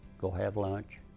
go have lunch,